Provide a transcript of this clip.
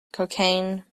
cocaine